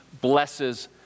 blesses